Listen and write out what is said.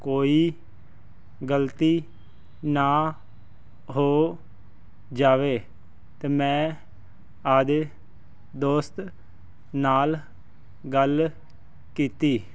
ਕੋਈ ਗਲਤੀ ਨਾ ਹੋ ਜਾਵੇ ਅਤੇ ਮੈਂ ਆਪਦੇ ਦੋਸਤ ਨਾਲ ਗੱਲ ਕੀਤੀ